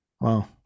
Wow